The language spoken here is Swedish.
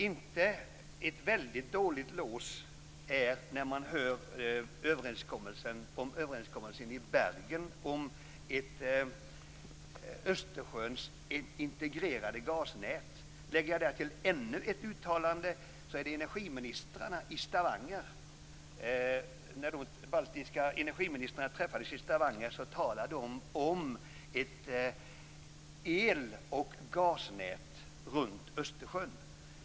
Det är inte ett dåligt lås när man hör om överenskommelsen i Bergen om ett Östersjöns integrerade gasnät. Jag kan därtill lägga ännu ett uttalande, nämligen det som de baltiska energiministrarna gjorde när de träffades i Stavanger. De talade då om ett el och gasnät runt Östersjön.